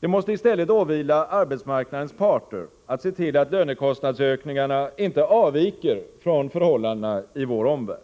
Det måste i stället åvila arbetsmarknadens parter att se till att lönekostnadsökningarna inte avviker från förhållandena i vår omvärld.